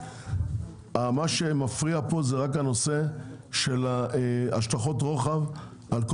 מה שמפריע פה זה רק הנושא של השלכות רוחב על כל